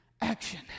action